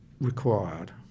required